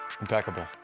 Impeccable